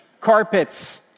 carpets